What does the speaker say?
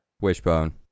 wishbone